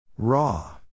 Raw